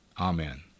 Amen